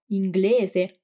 inglese